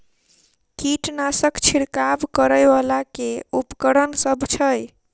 कीटनासक छिरकाब करै वला केँ उपकरण सब छै?